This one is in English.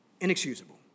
Inexcusable